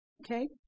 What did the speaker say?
okay